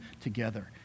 together